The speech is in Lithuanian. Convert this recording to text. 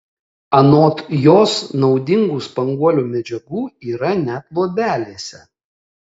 anot jos naudingų spanguolių medžiagų yra net luobelėse